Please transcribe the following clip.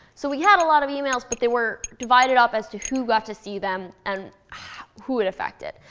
so we had a lot of emails. but they were divided up as to who got to see them and who it affected.